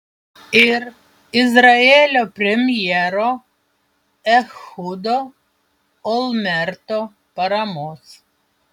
ir izraelio premjero ehudo olmerto paramos